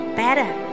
better